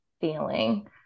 feeling